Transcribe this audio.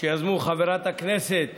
שיזמו חברת הכנסת